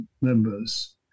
members